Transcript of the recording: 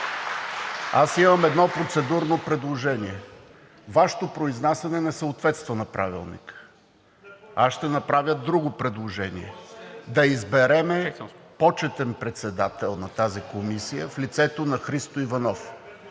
Аз имам едно процедурно предложение – Вашето произнасяне не съответства на Правилника. Аз ще направя друго предложение – да изберем почетен председател на тази комисия в лицето на Христо Иванов.